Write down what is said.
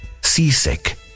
seasick